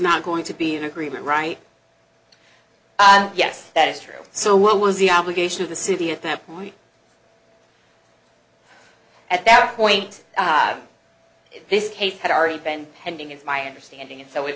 not going to be an agreement right yes that is true so what was the obligation of the city at that point at that point this case had already been pending is my understanding and so we